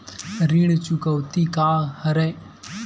ऋण चुकौती का हरय?